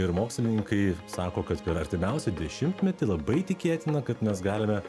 ir mokslininkai sako kad per artimiausią dešimtmetį labai tikėtina kad mes galime